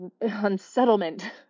unsettlement